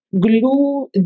glue